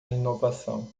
inovação